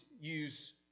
use